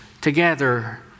together